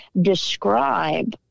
describe